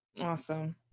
Awesome